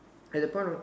at that point of